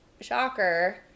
shocker